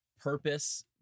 purpose